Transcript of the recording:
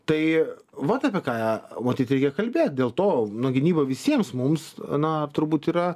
tai vat apie ką matyt reikia kalbėt dėl to nu gynyba visiems mums na turbūt yra